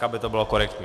Aby to bylo korektní.